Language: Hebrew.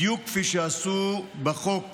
בדיוק כפי שעשו בחוק